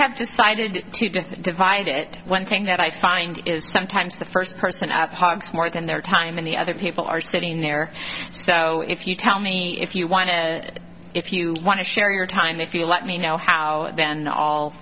decided to just divide it one thing that i find is sometimes the first person at hearts more than their time and the other people are sitting there so if you tell me if you want to if you want to share your time if you let me know how then all